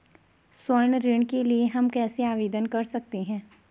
स्वर्ण ऋण के लिए हम कैसे आवेदन कर सकते हैं?